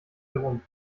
herum